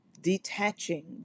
detaching